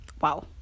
wow